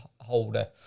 holder